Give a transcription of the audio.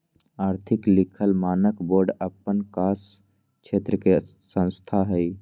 आर्थिक लिखल मानक बोर्ड अप्पन कास क्षेत्र के संस्था हइ